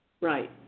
Right